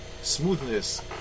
smoothness